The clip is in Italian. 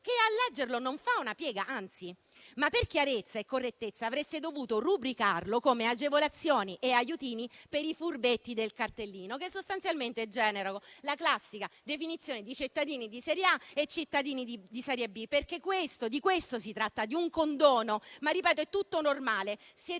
che, a leggerlo, non fa una piega, anzi. Per chiarezza e correttezza avreste dovuto però rubricarlo come agevolazioni e aiutini per i furbetti del cartellino, che sostanzialmente generano la classica definizione di cittadini di serie A e cittadini di serie B. Si tratta infatti di un condono. È però tutto normale, siete